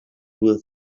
with